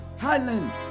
Highland